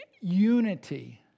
unity